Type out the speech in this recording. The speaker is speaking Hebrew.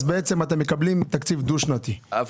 אז בעצם אתם מקבלים תקציב דו-שנתי,